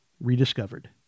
rediscovered